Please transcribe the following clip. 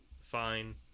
fine